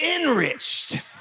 enriched